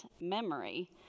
memory